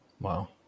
wow